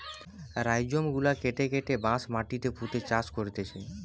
rhizome গুলা কেটে কেটে বাঁশ মাটিতে পুঁতে চাষ করতিছে